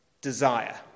desire